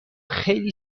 خیلی